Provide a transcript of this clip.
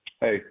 Hey